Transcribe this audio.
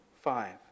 Five